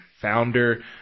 founder